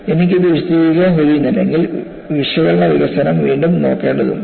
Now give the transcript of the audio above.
എനിക്ക് ഇത് വിശദീകരിക്കാൻ കഴിയുന്നില്ലെങ്കിൽ വിശകലന വികസനം വീണ്ടും നോക്കേണ്ടതുണ്ട്